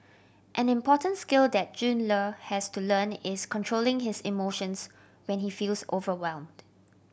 an important skill that Jun Le has to learn is controlling his emotions when he feels overwhelmed